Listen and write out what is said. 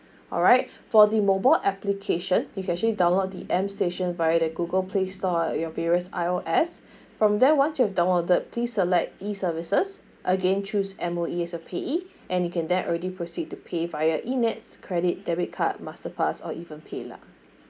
alright for the mobile application you can actually download the m station via the google play store at your various I_O_S from there once you have downloaded please select e services again choose M_O_E as your payee and you can then already proceed to pay via E nets credit debit card master pass or even pay lah